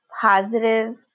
positive